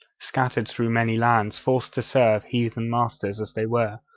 scattered through many lands, forced to serve heathen masters as they were,